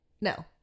No